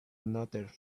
another